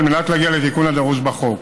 על מנת להגיע לתיקון הדרוש בחוק.